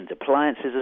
appliances